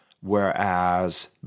whereas